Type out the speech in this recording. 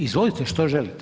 Izvolite, što želite?